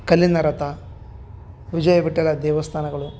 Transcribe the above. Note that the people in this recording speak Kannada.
ಕಲ್ಲಿನ ರಥ ವಿಜಯ ವಿಠಲ ದೇವಸ್ಥಾನಗಳು